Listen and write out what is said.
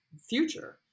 future